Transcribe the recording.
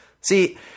See